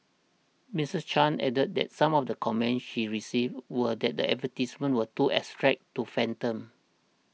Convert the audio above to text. Mrs Chan added that some of the comments she received were that the advertisements were too abstract to fathom